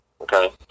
Okay